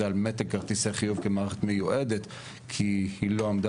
על --- כרטיסי חיוב כמערכת מיועדת כי היא לא עמדה